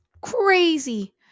crazy